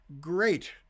great